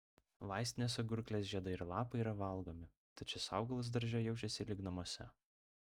vaistinės agurklės žiedai ir lapai yra valgomi tad šis augalas darže jaučiasi lyg namuose